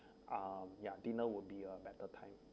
uh ya dinner would be a better time